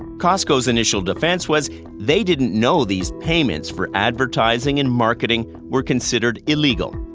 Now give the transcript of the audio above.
costco's initial defence was they didn't know these payments for advertising and marketing were considered illegal.